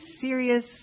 serious